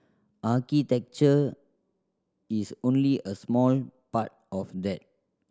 architecture is only a small part of that